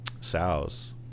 sows